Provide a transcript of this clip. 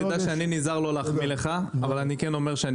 תדע אני נזהר לא להחמיא לך אבל אני כן אומר שאני